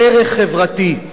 ערך חברתי.